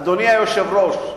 אדוני היושב-ראש,